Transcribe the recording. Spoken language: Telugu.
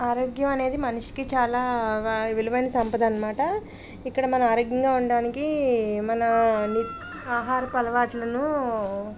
ఆరోగ్యం అనేది మనిషికి చాలా విలువైన సంపద అనమాట ఇక్కడ మన ఆరోగ్యంగా ఉండడానికి మన ని ఆహారపు అలవాట్లను